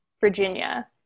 Virginia